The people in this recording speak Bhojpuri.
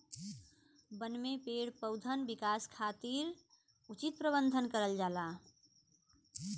बन में पेड़ पउधन विकास खातिर उचित प्रबंध करल जाला